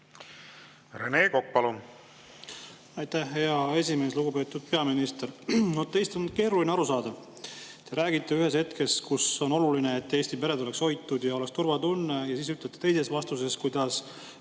Rene Kokk, palun! Aitäh, hea esimees! Lugupeetud peaminister! Teist on keeruline aru saada. Te räägite ühel hetkel, et on oluline, et Eesti pered oleksid hoitud ja oleks turvatunne, ja siis ütlete teises vastuses, et